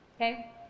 Okay